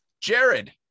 Jared